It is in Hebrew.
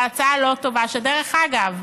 זו הצעה לא טובה, ודרך אגב,